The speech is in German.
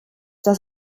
das